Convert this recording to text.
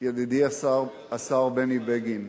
ידידי השר בני בגין,